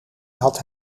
had